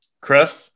Chris